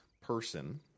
person